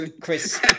Chris